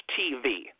TV